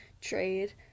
trade